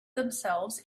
themselves